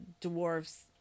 dwarves